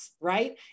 right